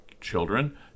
children